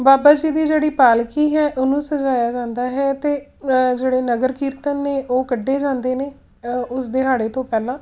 ਬਾਬਾ ਜੀ ਦੀ ਜਿਹੜੀ ਪਾਲਕੀ ਹੈ ਉਹਨੂੰ ਸਜਾਇਆ ਜਾਂਦਾ ਹੈ ਅਤੇ ਜਿਹੜੇ ਨਗਰ ਕੀਰਤਨ ਨੇ ਉਹ ਕੱਢੇ ਜਾਂਦੇ ਨੇ ਉਸ ਦਿਹਾੜੇ ਤੋਂ ਪਹਿਲਾਂ